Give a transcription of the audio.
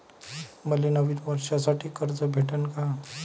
मले नवीन वर्षासाठी कर्ज भेटन का?